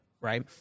right